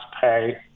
pay